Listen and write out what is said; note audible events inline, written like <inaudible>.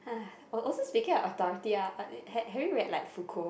<noise> o~ also speaking of authority ah ha~ have your read like Fuko